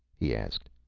he asked.